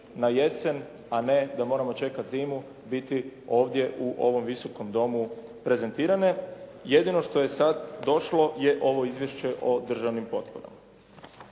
na jesen, a ne da moramo čekati zimu biti ovdje u ovom Visokom domu prezentirane. Jedino što je sad došlo je ovo izvješće o državnim potporama.